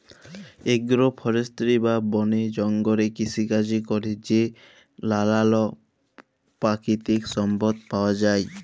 agro forestry বা বলে জঙ্গলে কৃষিকাজে ক্যরে যে লালাল পাকিতিক সম্পদ পাউয়া যায়